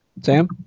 Sam